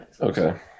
Okay